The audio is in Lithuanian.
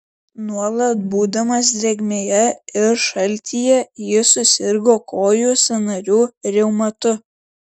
nuolat būdamas drėgmėje ir šaltyje jis susirgo kojų sąnarių reumatu